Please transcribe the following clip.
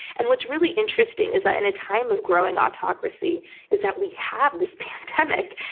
and what's really interesting is that in a time of growing autocracy is that we have this pandemic.